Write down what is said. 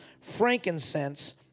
frankincense